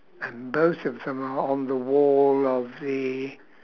and both of them are on the wall of the